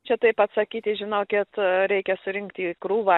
čia taip atsakyti žinokit reikia surinkti krūvą